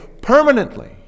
permanently